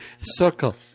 Circle